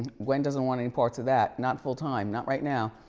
gwen doesn't wanna any part to that, not full time, not right now.